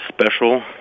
special